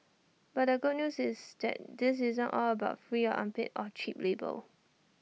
but the good news is that this isn't all about free or unpaid or cheap labour